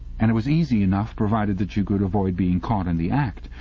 and it was easy enough, provided that you could avoid being caught in the act.